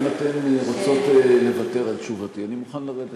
אם אתן רוצות לוותר על תשובתי אני מוכן לרדת,